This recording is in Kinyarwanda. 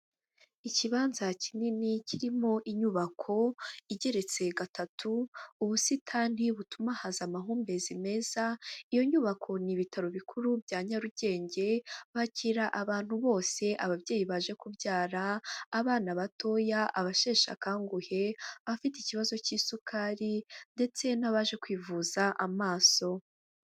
Ikibanza kinini kirimo inyubako igeretse gatatu, ubusitani butuma haza amahumbezi meza, iyo nyubako ni ibitaro bikuru bya Nyarugenge byakira abantu bose, ababyeyi baje kubyara, abana batoya, abasheshe akanguhe, abafite ikibazo cy'isukari ndetse n'abaje kwivuza amaso.